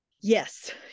yes